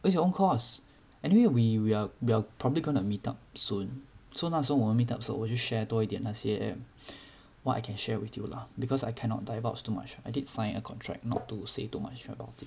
it's your own course anyway we we we're we're probably gonna meet up soon so 那时候我们 meet up 时候我就 share 多一点那些 what I can share with you lah because I cannot divulge too much I did sign a contract not to say too much about it